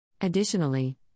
Additionally